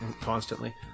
constantly